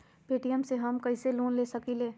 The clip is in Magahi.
पे.टी.एम से हम कईसे लोन ले सकीले?